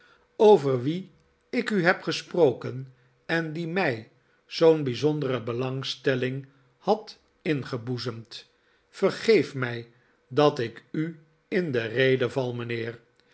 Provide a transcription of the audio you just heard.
over wie ik u heb gesproken en die mij zoo'n bijzondere belangstelling had ingeboezemd vergeef mij dat ik u in de rede val mijnheer